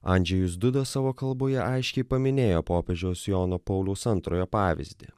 andžejus duda savo kalboje aiškiai paminėjo popiežiaus jono pauliaus antrojo pavyzdį